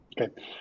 Okay